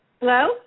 Hello